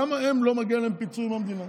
למה לא מגיע להם פיצוי מהמדינה?